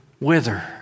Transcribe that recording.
wither